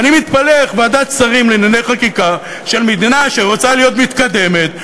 ואני מתפלא איך ועדת שרים לענייני חקיקה של מדינה שרוצה להיות מתקדמת,